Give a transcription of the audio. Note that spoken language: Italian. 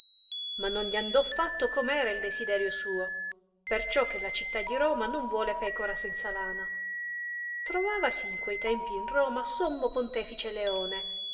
ma non gli andò fatto coni era il desiderio suo perciò che la città di roma non vuole pecora senza lana trovavasi in quei tempi in roma sommo pontefice leone